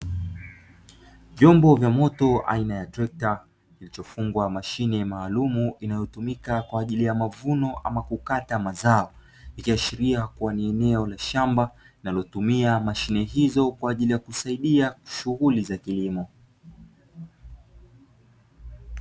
Vyombo vya moto aina ya trekta zilizofungwa mashine maalumu zinazotumika kwa ajili ya mavuno au kukata mazao, ikiashiria kuwa ni eneo la shamba zinazotumia mashine hizo kwa ajili ya kusaidia shughuli za kilimo.